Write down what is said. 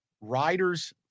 riders